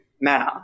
manner